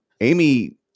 amy